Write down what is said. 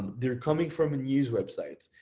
they're coming from a news websites,